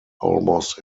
almost